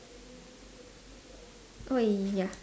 !oi! ya